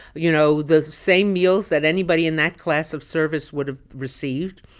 you know, the same meals that anybody in that class of service would have received.